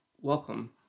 welcome